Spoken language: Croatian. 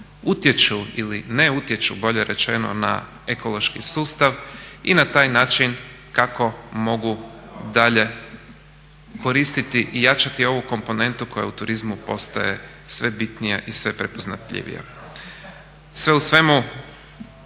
utječu ili ne utječu bolje rečeno na ekološki sustav i na taj način kako mogu dalje koristiti i jačati ovu komponentu koja u turizmu postaje sve bitnija i sve prepoznatljivija. Sve u svemu,